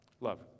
Love